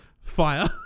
Fire